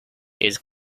its